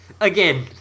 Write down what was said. again